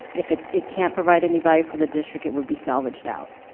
if it it can't provide any value for the district it would be salvaged out.